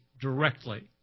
directly